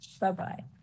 Bye-bye